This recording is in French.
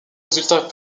résultats